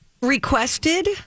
requested